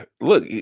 look